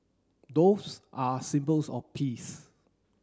doves are a symbols of peace